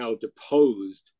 deposed